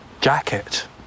jacket